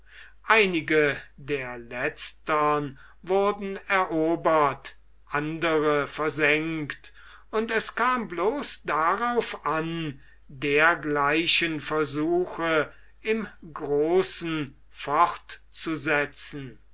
einige der letztern wurden erobert andere versenkt und es kam bloß darauf an dergleichen versuche im großen